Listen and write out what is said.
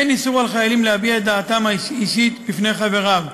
אין איסור על חיילים להביע את דעתם האישית בפני חבריהם,